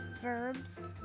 Verbs